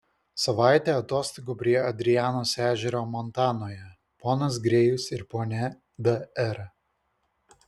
savaitė atostogų prie adrianos ežero montanoje ponas grėjus ir ponia d r